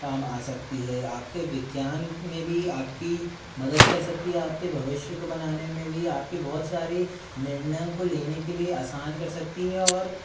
काम आ सकती है आपके विज्ञान में भी आपकी मदद कर सकती है आपके भविष्य को बनाने में भी आपके बहुत सारे निर्णयों को लेने के लिए आसान कर सकती है और